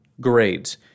grades